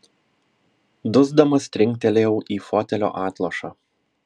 dusdamas trinktelėjau į fotelio atlošą